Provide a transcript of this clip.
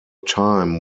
time